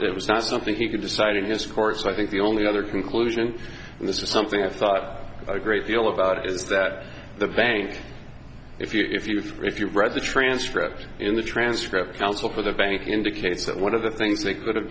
it was not something he could decide in his course i think the only other conclusion in this is something i've thought a great deal about is that the bank if you if you've if you read the transcript in the transcript counsel for the bank indicates that one of the things they could have